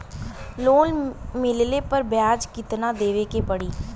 Loan मिलले पर ब्याज कितनादेवे के पड़ी?